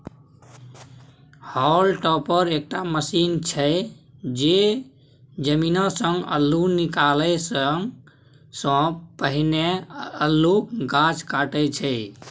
hall topper एकटा machine छै जे जमीनसँ अल्लु निकालै सँ पहिने अल्लुक गाछ काटय छै